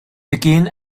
begin